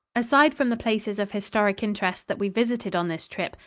aside from the places of historic interest that we visited on this trip,